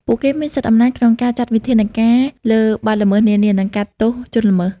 ពួកគេមានសិទ្ធិអំណាចក្នុងការចាត់វិធានការលើបទល្មើសនានា និងកាត់ទោសជនល្មើស។